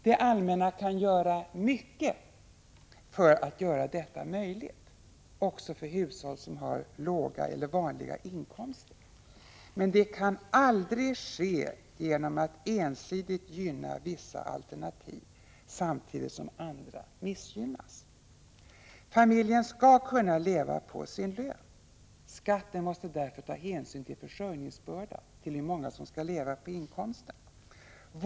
Det allmänna kan göra mycket för att se till att detta blir möjligt, också för hushåll som har låga eller vanliga inkomster, men det kan aldrig ske genom ett ensidigt gynnande av vissa alternativ samtidigt som andra missgynnas. Familjen skall kunna leva på sin lön. Vi måste därför få en skatt som tar hänsyn till försörjningsbörda, till hur många som skall leva på inkomsten.